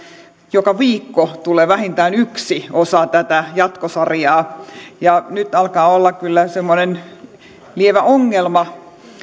joka viikko tulee vähintään yksi osa tätä jatkosarjaa nyt alkaa olla kyllä semmoinen lievä ongelma